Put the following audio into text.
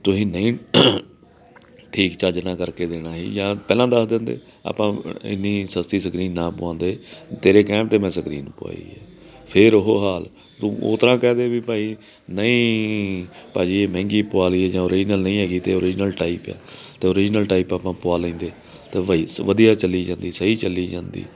ਤੁਸੀਂ ਨਹੀਂ ਠੀਕ ਚੱਜ ਨਾਲ ਕਰਕੇ ਦੇਣਾ ਸੀ ਜਾਂ ਪਹਿਲਾਂ ਦੱਸ ਦਿੰਦੇ ਆਪਾਂ ਇੰਨੀ ਸਸਤੀ ਸਕਰੀਨ ਨਾ ਪਵਾਉਂਦੇ ਤੇਰੇ ਕਹਿਣ 'ਤੇ ਮੈਂ ਸਕਰੀਨ ਪਵਾਈ ਹੈ ਫਿਰ ਉਹ ਹਾਲ ਤੂੰ ਉਹ ਤਰ੍ਹਾਂ ਕਹਿ ਦੇ ਵੀ ਭਾਈ ਨਹੀਂ ਭਾਅਜੀ ਇਹ ਮਹਿੰਗੀ ਪਵਾ ਲਈਏ ਜਾਂ ਓਰੀਜਨਲ ਨਹੀਂ ਹੈਗੀ ਤੇ ਓਰੀਜਨਲ ਟਾਈਪ ਹੈ ਤਾਂ ਓਰੀਜਨਲ ਟਾਈਪ ਆਪਾਂ ਪਵਾ ਲੈਂਦੇ ਤਾਂ ਭਾਈ ਵਧੀਆ ਚਲੀ ਜਾਂਦੀ ਸਹੀ ਚਲੀ ਜਾਂਦੀ